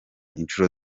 inshuro